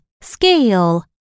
scale